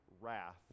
wrath